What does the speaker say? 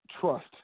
Trust